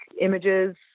images